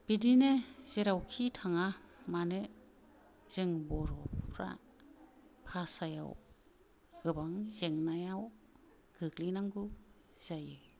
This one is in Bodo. बिदिनो जेरावखि थाङा मानो जों बर'फ्रा भासायाव गोबां जेंनायाव गोग्लैनांगौ जायो